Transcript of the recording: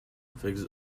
figs